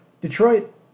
Detroit